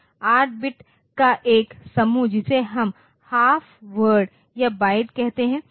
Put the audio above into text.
8 bits का एक समूह जिसे हम हाफ वर्ड या बाइट कहते हैं